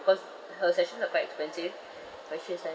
cause her sessions are quite expensive but she's fine